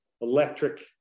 Electric